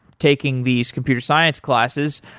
taking these computer science classes,